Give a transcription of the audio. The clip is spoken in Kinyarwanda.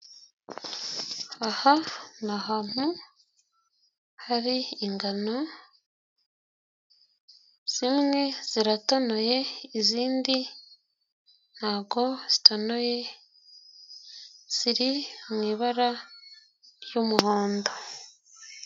Aha ni ahantu hari ingano, zimwe ziratonoye, izindi pako ntabwo zitonoye ziri mu ibara ry'umuhondo.